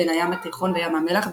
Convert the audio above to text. בין הים התיכון וים המלח,